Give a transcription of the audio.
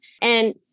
And-